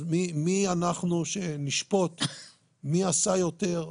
אז מי אנחנו שנשפוט מי עשה יותר,